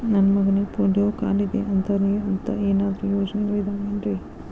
ನನ್ನ ಮಗನಿಗ ಪೋಲಿಯೋ ಕಾಲಿದೆ ಅಂತವರಿಗ ಅಂತ ಏನಾದರೂ ಯೋಜನೆಗಳಿದಾವೇನ್ರಿ?